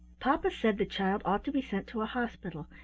papa said the child ought to be sent to a hospital,